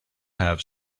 have